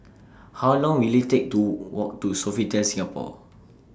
How Long Will IT Take to Walk to Sofitel Singapore